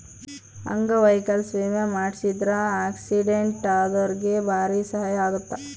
ಅಂಗವೈಕಲ್ಯ ವಿಮೆ ಮಾಡ್ಸಿದ್ರ ಆಕ್ಸಿಡೆಂಟ್ ಅದೊರ್ಗೆ ಬಾರಿ ಸಹಾಯ ಅಗುತ್ತ